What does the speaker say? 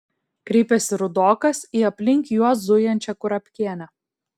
kreipėsi rudokas į aplink juos zujančią kurapkienę